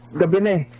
the beginning